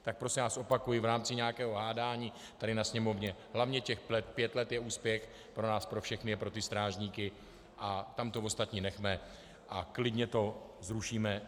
Tak prosím vás, opakuji, v rámci nějakého hádání tady na sněmovně, hlavně těch pět let je úspěch pro nás všechny a pro ty strážníky a tamto ostatní nechme a klidně to zrušíme.